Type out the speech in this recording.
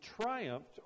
triumphed